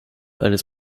eines